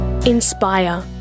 INSPIRE